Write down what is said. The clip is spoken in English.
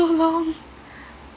so long